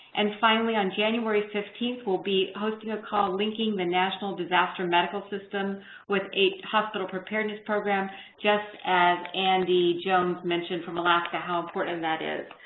and finally, on january fifteenth, we'll be hosting a call linking the national disaster medical system with the hospital preparedness program just as andy jones mentioned from alaska how important that is.